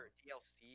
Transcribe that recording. dlc